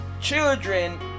Children